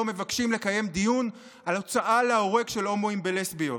מבקשים לקיים דיון על הוצאה להורג של הומואים ולסביות.